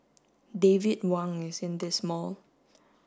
David Wang is in this mall